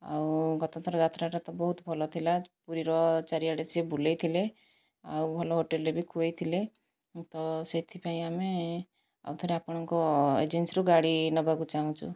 ଆଉ ଗତ ଥର ଯାତ୍ରାଟା ତ ବହୁତ ଭଲ ଥିଲା ପୁରୀର ଚାରି ଆଡ଼େ ସିଏ ବୁଲାଇଥିଲେ ଆଉ ଭଲ ହୋଟେଲରେ ବି ଖୁଆଇଥିଲେ ତ ସେଥିପାଇଁ ଆମେ ଆଉ ଥରେ ଆପଣଙ୍କ ଏଜେନ୍ସିରୁ ଗାଡ଼ି ନେବାକୁ ଚାହୁଁଛୁ